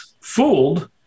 fooled